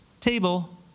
Table